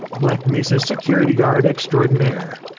black mesa security guard extraordinaire.